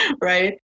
right